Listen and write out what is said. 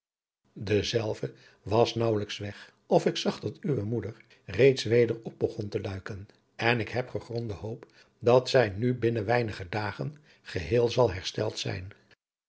dezelve was naauwelijk weg of ik zag dat uwe moeder reeds weder op begon te luiken en ik heb gegronde hoop dat zij nu binnen weinige dagen geheel zal hersteld zijn